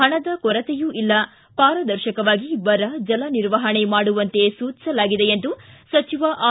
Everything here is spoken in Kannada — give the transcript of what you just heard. ಹಣದ ಕೊರತೆಯೂ ಇಲ್ಲ ಪಾರದರ್ಶಕವಾಗಿ ಬರ ಜಲ ನಿರ್ವಹಣೆ ಮಾಡುವಂತೆ ಸೂಚಿಸಲಾಗಿದೆ ಎಂದು ಸಚಿವ ಆರ್